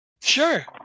Sure